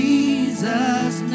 Jesus